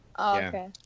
Okay